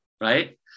right